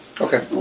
Okay